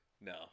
No